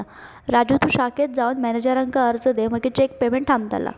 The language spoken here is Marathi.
राजू तु शाखेत जाऊन मॅनेजराक अर्ज दे मगे चेक पेमेंट थांबतला